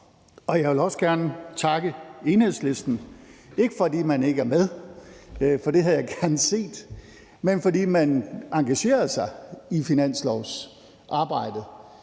Jeg vil også gerne takke Enhedslisten, ikke fordi man ikke er med, for det havde jeg gerne set, men fordi man engagerede sig i finanslovsarbejdet,